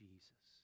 Jesus